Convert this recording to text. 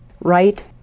right